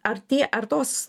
ar tie ar tos